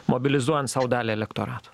mobilizuojant sau dalį elektorato